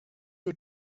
you